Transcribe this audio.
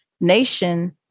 nation